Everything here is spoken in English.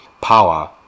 power